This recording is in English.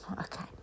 okay